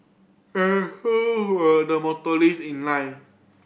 and so were the motorcyclist in line